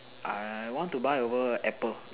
I want to buy over apple